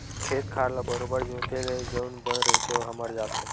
खेत खार ल बरोबर जोंते ले जउन बन रहिथे ओहा मर जाथे